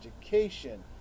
education